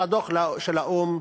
על הדוח של האו"ם,